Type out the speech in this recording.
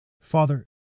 Father